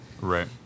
right